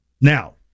Now